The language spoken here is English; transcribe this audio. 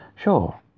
Sure